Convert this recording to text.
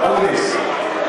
מר אקוניס,